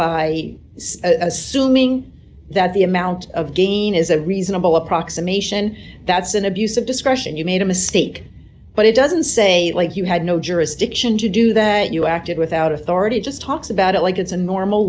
by assuming that the amount of gain is a reasonable approximation that's an abuse of discretion you made a mistake but it doesn't say like you had no jurisdiction to do that you acted without authority just talks about it like it's a normal